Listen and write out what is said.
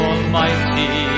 Almighty